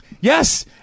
Yes